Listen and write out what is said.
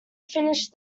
finished